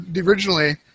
originally